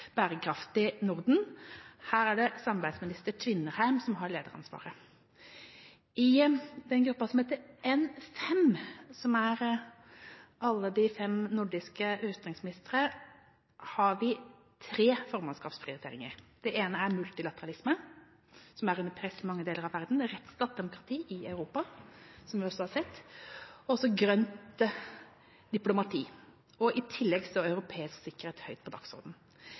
bærekraftig Norden. Her er det samarbeidsminister Tvinnereim som har lederansvaret. I den gruppa som heter N5, som er alle de fem nordiske utenriksministre, har vi tre formannskapsprioriteringer. Det ene er multilateralisme, som er under press i mange deler av verden, og rettsstat og demokrati i Europa, som vi også har sett, og også grønt diplomati. I tillegg står europeisk sikkerhet høyt på